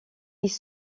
ils